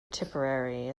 tipperary